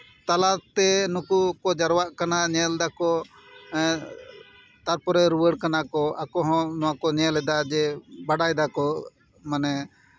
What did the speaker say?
ᱛᱟᱞᱟᱛᱮ ᱱᱩᱠᱩ ᱠᱚ ᱡᱟᱣᱨᱟᱜ ᱠᱟᱱᱟ ᱧᱮᱞ ᱫᱟᱠᱚ ᱛᱟᱨᱯᱚᱨᱮ ᱨᱩᱣᱟᱹᱲ ᱠᱟᱱᱟ ᱠᱚ ᱟᱠᱚ ᱦᱚᱸ ᱱᱚᱣᱟ ᱠᱚ ᱧᱮᱞ ᱮᱫᱟ ᱡᱮ ᱵᱟᱰᱟᱭ ᱫᱟᱠᱚ ᱢᱟᱱᱮ